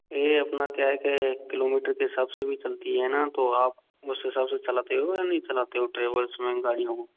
ये अपना क्या है के किलोमीटर के हिसाब से भी चलती है ना तो आप उस हिसाब से चलाते हो या नहीं चलाते हो ट्रैवल्स में गाड़ियों को